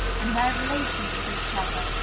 and their relations with each other,